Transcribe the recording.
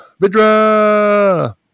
Vidra